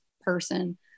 person